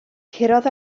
curodd